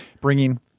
bringing